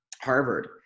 Harvard